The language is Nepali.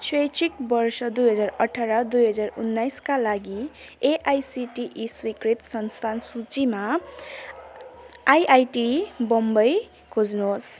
शैक्षिक वर्ष दुई हजार अठार दुई हजार उन्नाइसका लागि एआइसिटिई स्वीकृत संस्थान सूचीमा आइआइटी बम्बई खोज्नुहोस्